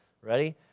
Ready